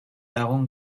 lagun